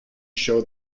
show